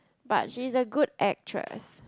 but she is a good actress